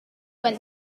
went